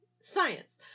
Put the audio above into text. science